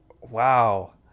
Wow